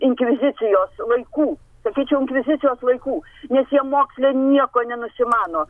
inkvizicijos laikų sakyčiau inkvizicijos laikų nes jie moksle nieko nenusimano